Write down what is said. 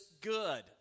good